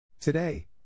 Today